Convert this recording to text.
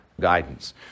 guidance